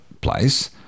place